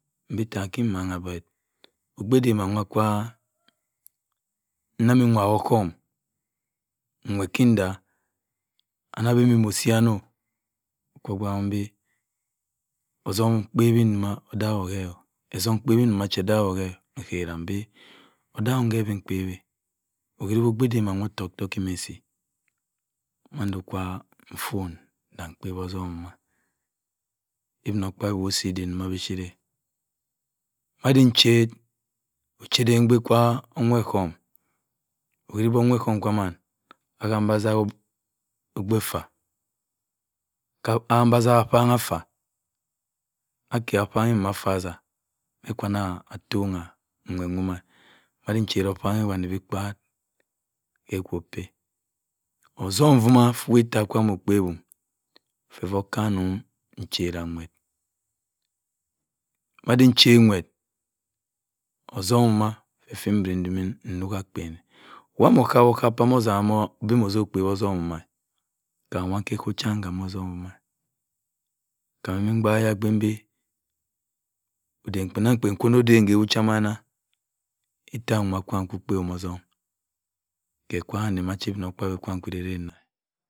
Mbe ittah cho mwagha but okpei dema nwa-kwa osọhm, nwerki tah ana abende mo-osi-yeno? Ukwu obaak ´m bi otum gbawi wa odaghu ke-ọh nchera mbi odaghnke gbi. mkpawi. okwiribi okpei tima nwo ottok ki ndi-nsi mando kwu nfun. mpke otum fa obinokp-abi wo osi ndiek njoh ma chipt madim chereh ochen den kpei kwa owe-osọhm okwiri beh owe-sọhm kaman, akam beh aka okpei uffa akam beh asi akam affa, akam-ata-asa makwuna atong owe-nwo-ya ma di chera owangh wanne bi kpa, ke okwu okpeph otum mfuma fi ewa ita kwam okpe `uhm fefu okanim nchera anweh ma di nche nwe otum effa fe fu ndi mtima urok akpan wa mu sap-osap fum mo bem be mo okpe otum fa, kam wa ka ku cham wa ma otum fa kam mi mbaak ayabin b oden-kpen-akpen fu mo dem meh ewu-chi monda itta nwa kwa ogbe otom ke kwu kam nsi ma chi obinokpabi kwam kwu irek.